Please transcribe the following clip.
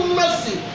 mercy